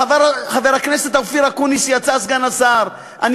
חבר הכנסת אופיר אקוניס, סגן השר, יצא.